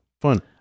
Fun